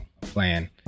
plan